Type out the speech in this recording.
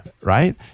right